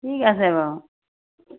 ঠিক আছে বাৰু